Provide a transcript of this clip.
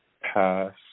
Pass